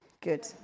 good